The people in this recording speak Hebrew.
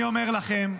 אני אומר לכם,